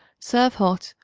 serve hot,